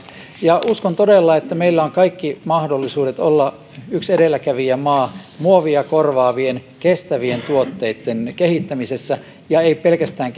ja uskon todella että meillä on kaikki mahdollisuudet olla yksi edelläkävijämaista muovia korvaavien kestävien tuotteitten kehittämisessä eikä pelkästään